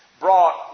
brought